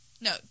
No